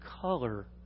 color